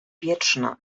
wietrzna